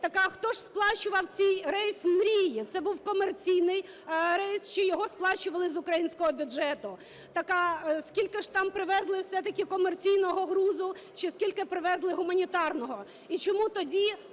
Так хто ж сплачував цей рейс "Мрії"? Це був комерційний рейс чи його сплачували з українського бюджету? Так, а скільки ж там привезли все-таки комерційного грузу, чи скільки привезли гуманітарного? І чому тоді